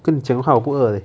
跟你讲话我不饿 eh